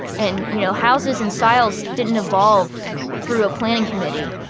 and you know houses and styles didn't evolve through a planning committee.